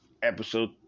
episode